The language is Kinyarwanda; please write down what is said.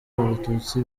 abatutsi